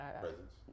Presence